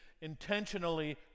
intentionally